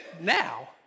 now